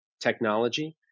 technology